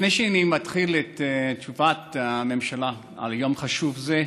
לפני שאני מתחיל את תשובת הממשלה על יום חשוב זה,